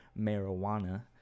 marijuana